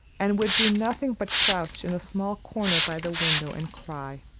and would do nothing but crouch in a small corner by the window and cry.